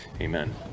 amen